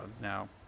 now